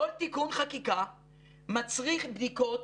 כל תיקון חקיקה מצריך בדיקות,